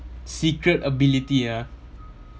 secret ability ah